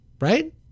right